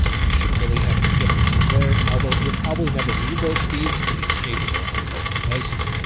you shouldn't really have any differences there, although you'll probably never need those speeds. it is capable on both devices.